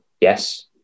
Yes